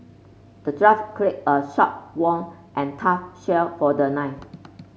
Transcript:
the dwarf crafted a sharp won and tough shield for the knight